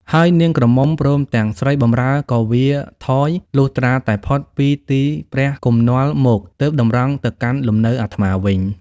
ហើយនាងក្រមុំ ព្រមទាំងស្រីបម្រើក៏វារថយ លុះត្រាតែផុតពីទីព្រះគំនាល់មក ទើបតម្រង់ទៅកាន់លំនៅអាត្មាវិញ ។